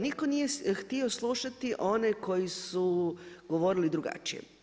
Niko nije htio slušati one koji su govorili drugačije.